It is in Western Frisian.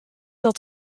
dat